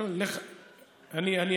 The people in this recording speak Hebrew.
מה